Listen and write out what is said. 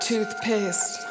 Toothpaste